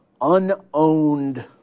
unowned